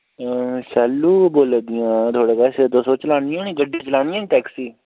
शैलू बोल्ला दि'यां थुआढ़े कच्छ तुस ओ चलानियां निं गड्डी चलानियां निं टैक्सी